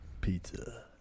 Pizza